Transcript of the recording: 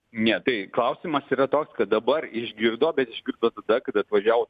ne tai klausimas yra toks kad dabar išgirdo bet išgirdo tada kai atvažiavo